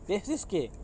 there's this okay